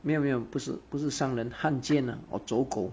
没有没有不是不是商人汉奸 or 走狗